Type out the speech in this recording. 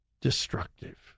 destructive